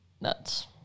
nuts